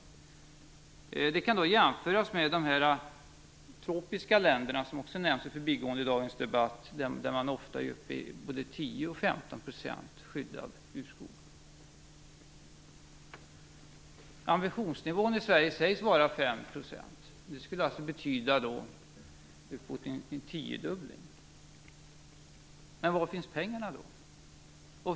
Detta kan jämföras med de tropiska länderna, som också nämndes i förbigående i debatten, där man ofta är uppe i 10 och 15 %. Ambitionsnivån i Sverige sägs vara 5 %. Det skulle betyda uppåt en tiodubbling. Var finns pengarna?